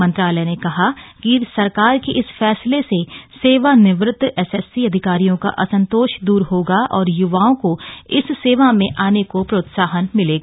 मंत्रालय ने कहा है कि सरकार के इस फैसले से सेवानिवृत्त एसएससी अधिकारियों का असंतोष दूर होगा और य्वाओं को इस सेवा में आने को प्रोत्साहन मिलेगा